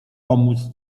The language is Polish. pomóc